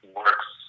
works